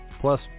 plus